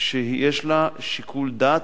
שיש לה שיקול דעת,